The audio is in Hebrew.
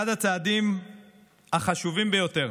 אחד הצעדים החשובים ביותר